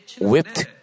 whipped